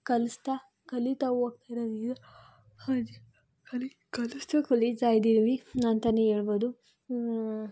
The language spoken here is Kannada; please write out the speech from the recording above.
ಕಲಿಸ್ತಾ ಕಲೀತಾ ಕಲಿ ಕಲಿಸ್ತಾ ಕಲೀತಾಯಿದ್ದೀವಿ ಅಂತಲೇ ಹೇಳ್ಬೋದು